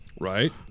right